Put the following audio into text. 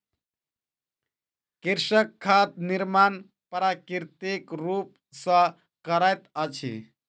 कृषक खाद निर्माण प्राकृतिक रूप सॅ करैत अछि